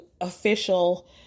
official